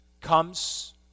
comes